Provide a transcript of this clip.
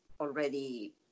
already